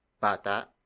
BATA